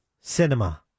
cinema